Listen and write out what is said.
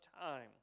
time